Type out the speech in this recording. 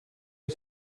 was